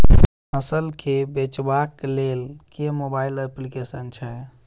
फसल केँ बेचबाक केँ लेल केँ मोबाइल अप्लिकेशन छैय?